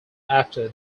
after